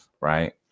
right